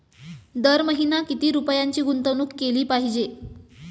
दर महिना किती रुपयांची गुंतवणूक केली पाहिजे?